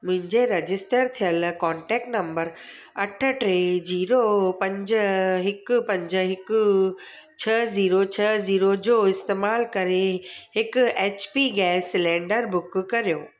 मुंहिंजे रजिस्टर थियल contact number अठ टे जीरो पंज हिक पंज हिक छह ज़ीरो छह ज़ीरो जो इस्तेमालु करे हिक H P gas cylinder book करियो